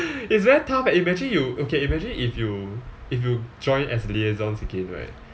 it's very tough eh imagine you okay imagine if you if you join as liaisons again right